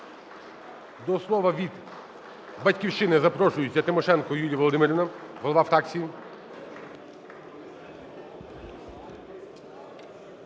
До слова від "Батьківщини" запрошується Тимошенко Юлія Володимирівна, голова фракції.